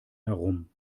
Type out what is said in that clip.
herum